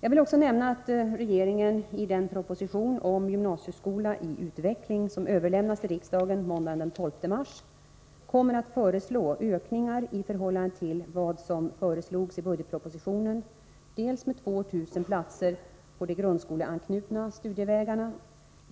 Jag vill också nämna att regeringen i den proposition om gymnasieskola i utveckling, som överlämnas till riksdagen måndagen den 12 mars, kommer att föreslå ökningar i förhållande till vad som föreslogs i budgetpropositionen dels med 2 000 platser på de grundskoleanknutna studievägarna,